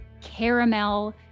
caramel